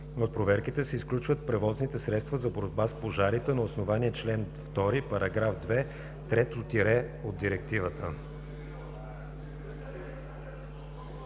От проверките се изключват превозните средства за борба с пожарите на основание чл. 2, § 2, трето тире от Директивата.“